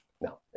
No